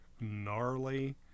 gnarly